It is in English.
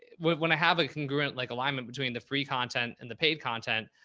when when i have a congruent, like alignment between the free content and the paid content,